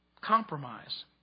compromise